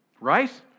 right